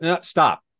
Stop